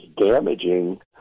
damaging